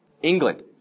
England